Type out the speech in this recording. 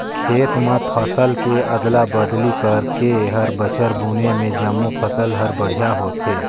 खेत म फसल के अदला बदली करके हर बछर बुने में जमो फसल हर बड़िहा होथे